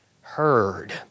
heard